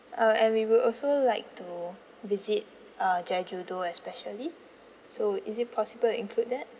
uh and we will also like to visit uh jeju do especially so is it possible include that